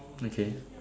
okay